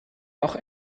auch